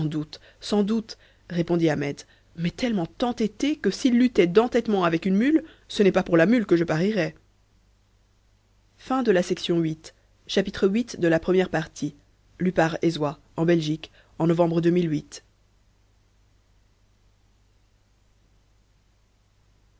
sans doute sans doute répondit ahmet mais tellement entêté que s'il luttait d'entêtement avec un mulet ce n'est pas pour le mulet que je parierais ix